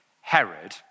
Herod